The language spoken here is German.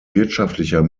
wirtschaftlicher